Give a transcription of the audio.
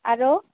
আৰু